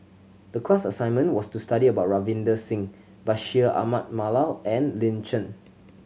the class assignment was to study about Ravinder Singh Bashir Ahmad Mallal and Lin Chen